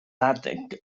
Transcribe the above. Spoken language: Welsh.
adeg